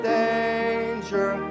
danger